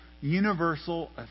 universal